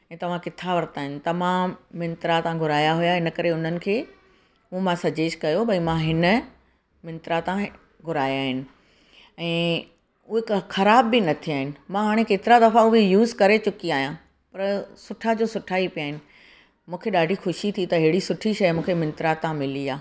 इहे तव्हां किथां वरिता आहिनि त मां मिंत्रा तां घुराया हुया इनकरे उन्हनि खे उहो मां सजेस्ट कयो भई मां हिन मिंत्रा तां घुराया आहिनि ऐं उहे का ख़राबु न थिया आहिनि मां हाणे केतिरा दफ़ा उहे यूज़ करे चुकी आहियां पर सुठा जो सुठा ई पिया आहिनि मूंखे ॾाढी ख़ुशी थी त अहिड़ी सुठी शइ मूंखे मिंत्रा तां मिली आहे